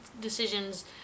decisions